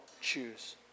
choose